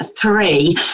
three